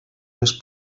les